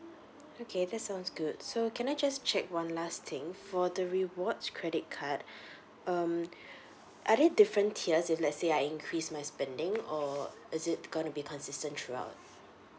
okay that sounds good so can I just check one last thing for the rewards credit card um are there different tiers if let's say I increase my spending or is it going to be consistent throughout